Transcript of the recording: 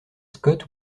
scott